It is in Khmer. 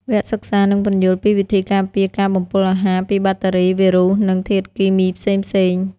វគ្គសិក្សានឹងពន្យល់ពីវិធីការពារការបំពុលអាហារពីបាក់តេរី វីរុស និងធាតុគីមីផ្សេងៗ។